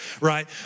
right